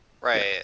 right